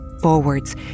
Forwards